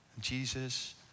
Jesus